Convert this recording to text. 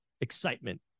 excitement